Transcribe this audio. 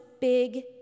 big